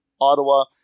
Ottawa